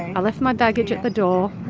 i left my baggage at the door